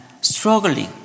struggling